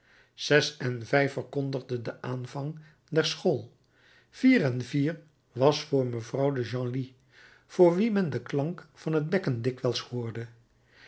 zes en vijf verkondigde den aanvang der school vier en vier was voor mevrouw de genlis voor wie men den klank van het bekken dikwijls hoorde